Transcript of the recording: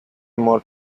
more